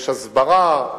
יש הסברה,